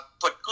put